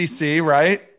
right